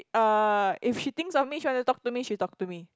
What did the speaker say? err if she thinks of me she want to talk to me she talk to me